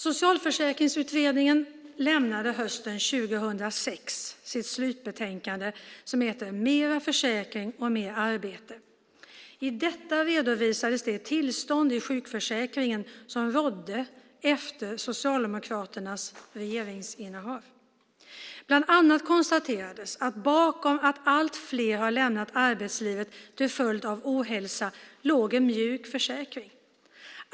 Socialförsäkringsutredningen lämnade hösten 2006 sitt slutbetänkande Mera försäkring och mera arbete. I detta redovisades det tillstånd i sjukförsäkringen som rådde efter Socialdemokraternas regeringsinnehav. Bland annat konstaterades att bakom att allt fler hade lämnat arbetslivet till följd av ohälsa låg en mjuk försäkring.